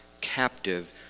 captive